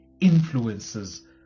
influences